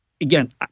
again